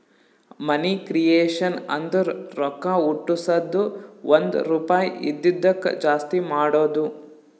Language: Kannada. ಮನಿ ಕ್ರಿಯೇಷನ್ ಅಂದುರ್ ರೊಕ್ಕಾ ಹುಟ್ಟುಸದ್ದು ಒಂದ್ ರುಪಾಯಿ ಇದಿದ್ದುಕ್ ಜಾಸ್ತಿ ಮಾಡದು